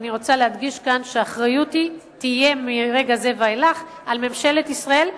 אני רוצה להדגיש כאן שהאחריות תהיה מרגע זה ואילך על ממשלת ישראל,